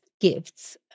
gifts